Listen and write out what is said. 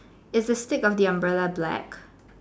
is the stick of the umbrella black